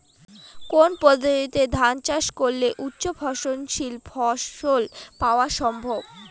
কোন পদ্ধতিতে ধান চাষ করলে উচ্চফলনশীল ফসল পাওয়া সম্ভব?